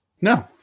No